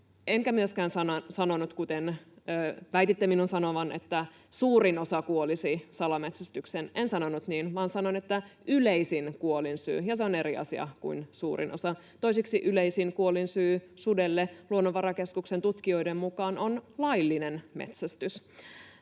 Enkä myöskään sanonut, kuten väititte minun sanovan, että suurin osa kuolisi salametsästykseen. En sanonut niin, vaan sanoin, että yleisin kuolinsyy, ja se on eri asia kuin suurin osa. Toiseksi yleisin kuolinsyy sudelle Luonnonvarakeskuksen tutkijoiden mukaan on laillinen metsästys.